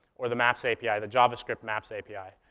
or the maps api, the javascript maps api.